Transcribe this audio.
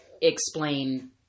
explain